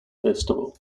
festival